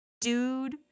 dude